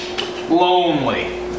Lonely